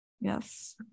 Yes